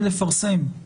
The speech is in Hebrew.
בין אם זה בפנים ובין אם זה